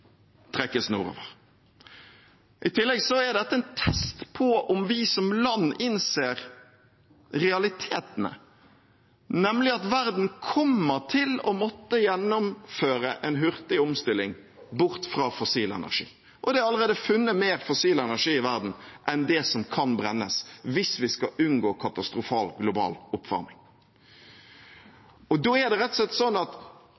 trekkes nordover. I tillegg er dette en test på om vi som land innser realitetene, nemlig at verden kommer til å måtte gjennomføre en hurtig omstilling bort fra fossil energi. Og det er allerede funnet mer fossil energi i verden enn det som kan brennes, hvis vi skal unngå katastrofal global oppvarming. Da er det rett og slett sånn at